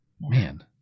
Man